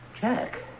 Jack